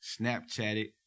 Snapchatted